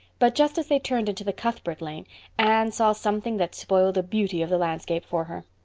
but just as they turned into the cuthbert lane anne saw something that spoiled the beauty of the landscape for her.